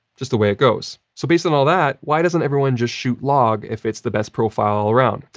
just the way it goes. so, based on all that, why doesn't everyone just shoot log if it's the best profile all around?